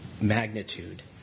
magnitude